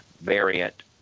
variant